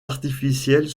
artificielles